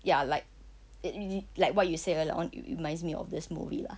ya like it really like what you said earlier on it reminds me of this movie lah